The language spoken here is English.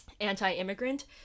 anti-immigrant